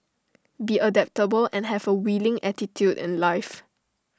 be adaptable and have A willing attitude in life